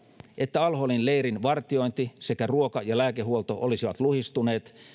että al holin leirin vartiointi sekä ruoka ja lääkehuolto olisivat luhistuneet